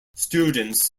students